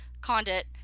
Condit